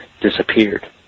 disappeared